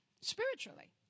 spiritually